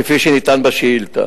כפי שנטען בשאילתא.